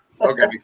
Okay